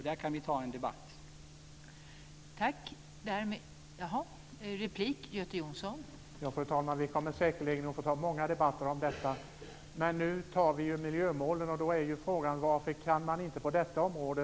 Då kan vi ta en debatt om det.